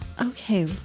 okay